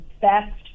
best